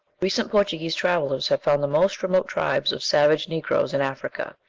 recent portuguese travellers have found the most remote tribes of savage negroes in africa,